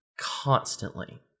constantly